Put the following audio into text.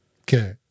Okay